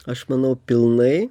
aš manau pilnai